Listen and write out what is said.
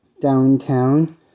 downtown